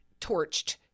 torched